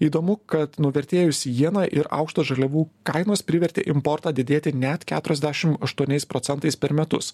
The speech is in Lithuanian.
įdomu kad nuvertėjusi jiena ir aukštos žaliavų kainos privertė importą didėti net keturiasdešim aštuoniais procentais per metus